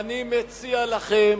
אני מציע לכם